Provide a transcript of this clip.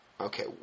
Okay